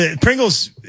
Pringles